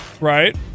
Right